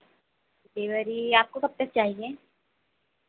delivery आपको कब तक चाहिए